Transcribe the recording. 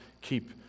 keep